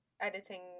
editing